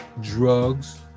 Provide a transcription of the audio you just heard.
drugs